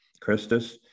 Christus